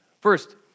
First